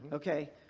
okay.